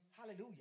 Hallelujah